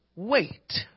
Wait